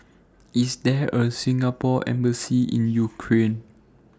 IS There A Singapore Embassy in Ukraine